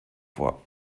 vor